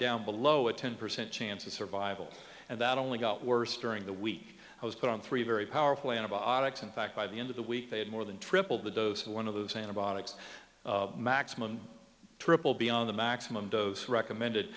down below a ten percent chance of survival and that only got worse during the week i was put on three very powerful antibiotics in fact by the end of the week they had more than triple the dose of one of those antibiotics maximum triple beyond the maximum dose recommended